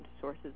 sources